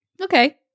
Okay